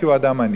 כי הוא אדם עני.